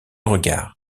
regard